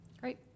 Great